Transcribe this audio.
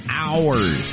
hours